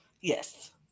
Yes